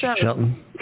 Shelton